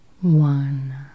one